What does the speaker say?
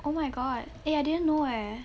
oh my god eh I didn't know eh